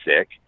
sick